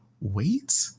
wait